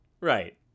Right